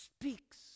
speaks